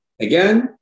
Again